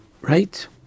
right